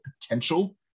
potential